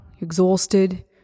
exhausted